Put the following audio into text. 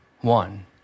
one